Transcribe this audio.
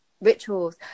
rituals